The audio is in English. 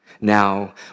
Now